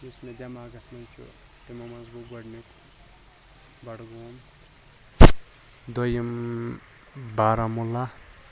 یُس مےٚ دٮ۪ماغَس مَنٛز چھُ تمو مَنٛز گوٚو گۄڈٕنیُک بَڈگوم دوٚیِم بارہمُلہ